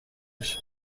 بشه